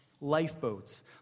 lifeboats